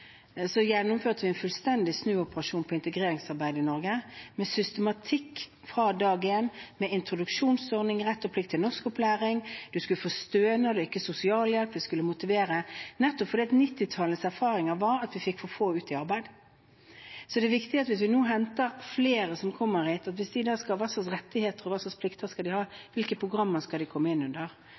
gjennomførte vi en fullstendig snuoperasjon på integreringsarbeidet i Norge, med systematikk fra dag én, med introduksjonsordning, rett og plikt til norskopplæring, du skulle få stønad og ikke sosialhjelp, vi skulle motivere, nettopp fordi 1990-tallets erfaringer var at vi fikk for få ut i arbeid. Så er det viktig hvis vi nå henter flere hit, å vite hva slags rettigheter og hva slags plikter de skal ha, og hvilke programmer de skal komme inn under.